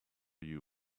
you